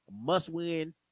must-win